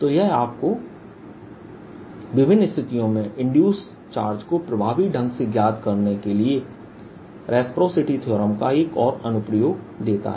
तो यह आपको विभिन्न स्थितियों में इंड्यूस चार्ज को प्रभावी ढंग से ज्ञात करने के लिए रेसप्रासिटी थीअरम का एक और अनुप्रयोग देता है